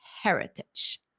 Heritage